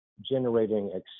generating